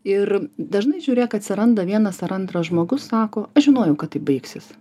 ir dažnai žiūrėk atsiranda vienas ar antras žmogus sako aš žinojau kad taip baigsis